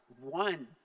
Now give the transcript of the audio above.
one